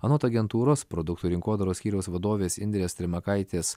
anot agentūros produktų rinkodaros skyriaus vadovės indrės trimakaitės